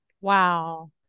Wow